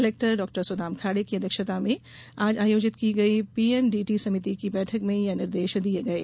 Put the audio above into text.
collector डॉ सुदाम खाड़े की अध्यक्षता में आज आयाजित की गई पीएनडीटी समिति की बैठक में यह निर्देश दिये गये